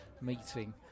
meeting